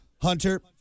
Hunter